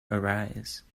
arise